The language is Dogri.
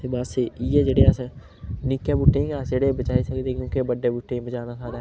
ते बस इ'यै जेह्ड़े अस निक्के बूह्टें गी अस जेह्ड़े बचाई सकदे क्योंकि बड्डे बूह्टें गी बचाना साढ़ै